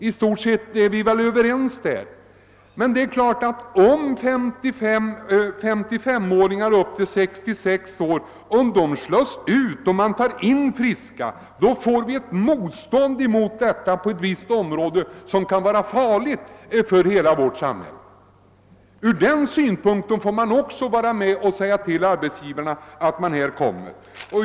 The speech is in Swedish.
I stort sett är vi väl också överens om att en sådan import måste komma till stånd. Men om arbetare över 55 år slås ut av utländsk arbetskraft, uppstår det ett motstånd mot denna utländska arbetskraft som kan vara farligt för hela vårt samhälle. Därför måste vi fästa arbetsgivarnas uppmärksamhet på problemet med den äldre arbetskraften.